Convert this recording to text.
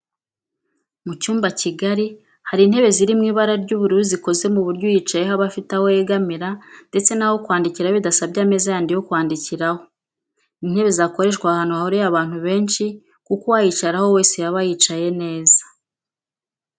Mu cyumba kigari hari intebe ziri mu ibara ry'ubururu zikozwe ku buryo uyicayeho aba afite aho yegamira ndetse n'aho kwandikira bidasabye ameza yandi yo kwandikiraho. Ni intebe zakoreshwa ahantu hahuriye abantu benshi kuko uwayicaraho wese yaba yicaye neza